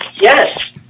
Yes